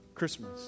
Christmas